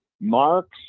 marx